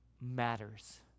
matters